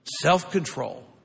self-control